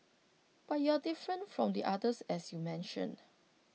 but you're different from the others as you mentioned